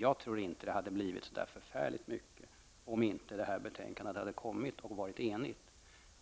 Jag tror inte att det hade blivit så förfärligt mycket gjort om inte detta betänkande hade lagts fram och varit enigt.